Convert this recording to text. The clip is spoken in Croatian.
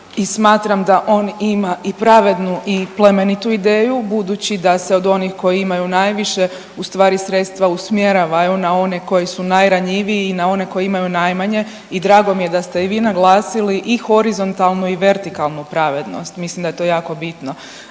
i smatram da on ima i pravednu i plemenitu ideju budući da se od onih koji imaju najviše, ustvari sredstva usmjeravaju na one koji su najranjiviji i na one koji imaju najmanje i drago mi je da ste i vi naglasili i horizontalnu i vertikalnu pravednost, mislim da je to jako bitno.